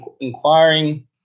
inquiring